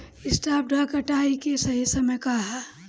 सॉफ्ट डॉ कटाई के सही समय का ह?